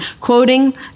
quoting